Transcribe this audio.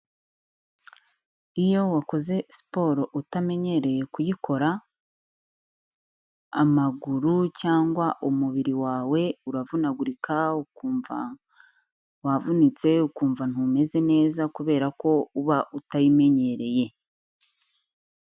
Iyo wakoze siporo utamenyereye kuyikora amaguru cyangwa umubiri wawe uravunagurika, ukumva wavunitse, ukumva ntumeze neza kubera ko uba utayimenyereye.